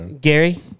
Gary